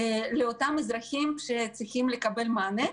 לאותם אזרחים שצריכים לקבל מענה.